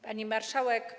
Pani Marszałek!